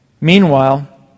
Meanwhile